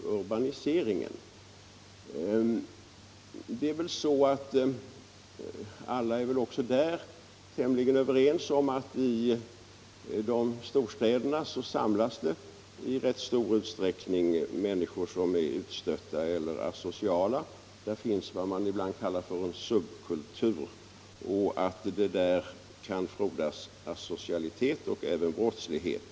Alla är väl tämligen överens om att det i storstäderna i rätt stor utsträckning samlas människor som är utstötta eller asociala. I storstäderna finns vad man ibland brukar kalla en subkultur, där det kan frodas asocialitet och även brottslighet.